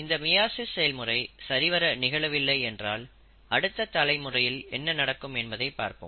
இந்த மியாசிஸ் செயல்முறை சரிவர நிகழவில்லை என்றால் அடுத்த தலைமுறையில் என்ன நடக்கும் என்பதை பார்ப்போம்